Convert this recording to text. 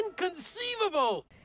Inconceivable